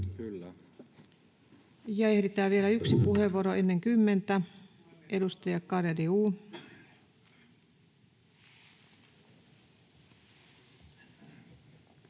Ehditään vielä yksi puheenvuoro ennen kymmentä. — Edustaja Garedew.